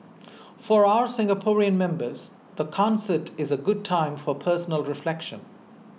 for our Singaporean members the concert is a good time for personal reflection